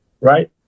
right